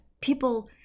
people